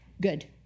good